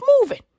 moving